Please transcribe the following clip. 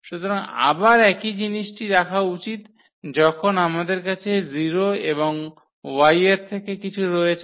সুতরাং আবার একই জিনিসটি রাখা উচিত যখন আমাদের কাছে 0 এবং Y এর থেকে কিছু রয়েছে